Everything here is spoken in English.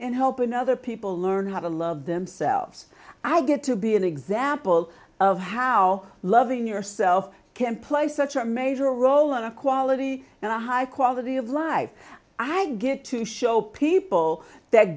in helping other people learn how to love themselves i get to be an example of how loving yourself can play such a major role in a quality and a high quality of life i get to show people that